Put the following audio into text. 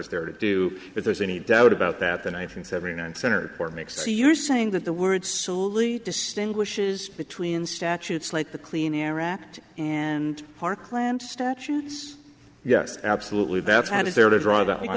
is there to do if there's any doubt about that and i think seventy nine senator or make so you're saying that the word solely distinguishes between statutes like the clean air act and parkland statutes yes absolutely that